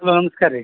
hello ನಮಸ್ಕಾರ ರೀ